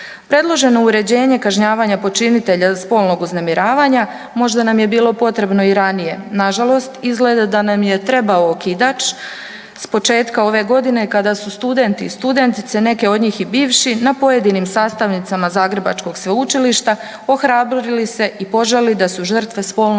Predloženo uređenje kažnjavanja počinitelja spolnog uznemiravanja možda nam je bilo potrebno i ranije, nažalost izgleda da nam je trebao okidač s početka ove godine kada su studenti i studentice, neke od njih i bivši na pojedinim sastavnicama Zagrebačkog sveučilišta ohrabrili se i požalili da su žrtva spolnog uznemiravanja.